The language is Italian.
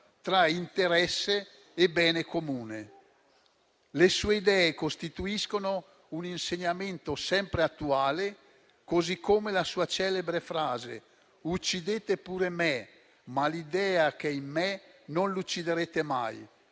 tra interesse e bene comune. Le sue idee costituiscono un insegnamento sempre attuale, così come la sua celebre frase: «Uccidete pure me, ma l'idea che è in me non l'ucciderete mai»,